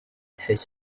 his